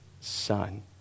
son